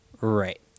Right